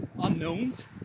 unknowns